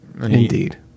Indeed